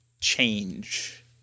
change